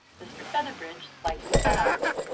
mr. featherbridge slightly bowed.